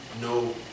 no